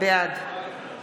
בעד